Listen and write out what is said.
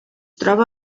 troba